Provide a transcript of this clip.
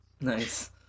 Nice